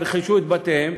ירכשו את בתיהם,